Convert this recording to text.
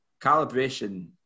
Calibration